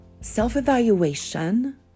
self-evaluation